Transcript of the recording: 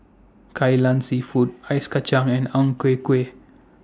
Kai Lan Seafood Ice Kachang and Ang Ku Kueh